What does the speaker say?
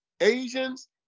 Asians